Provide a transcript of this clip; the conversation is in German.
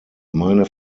meine